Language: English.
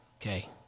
Okay